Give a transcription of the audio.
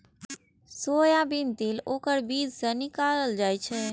soybean तेल ओकर बीज सं निकालल जाइ छै